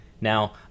Now